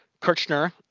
Kirchner